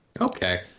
okay